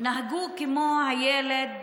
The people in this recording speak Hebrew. נהגו כמו הילד